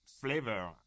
flavor